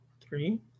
Three